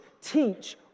teach